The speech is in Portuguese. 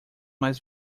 mais